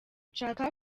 nshaka